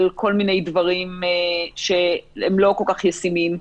כל מיני דברים שהם לא כל כך ישימים,